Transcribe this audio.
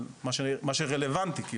כלומר מה שרלוונטי.